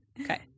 Okay